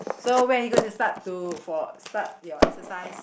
so when are you going to start to for start your exercise